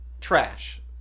trash